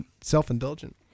self-indulgent